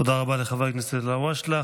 תודה רבה לחבר הכנסת אלהואשלה.